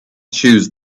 chose